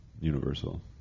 Universal